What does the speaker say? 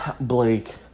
Blake